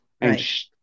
Right